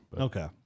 Okay